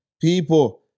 people